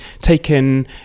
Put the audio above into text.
taken